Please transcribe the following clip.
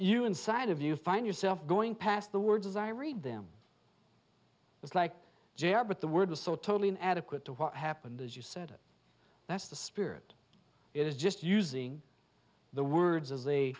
you inside of you find yourself going past the words as i read them it's like jr but the word is so totally an adequate to what happened as you said it that's the spirit it is just using the words as a